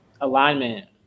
alignment